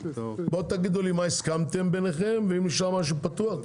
בואו תגידו לי מה הסכמתם ביניכם ואם נשאר משהו פתוח,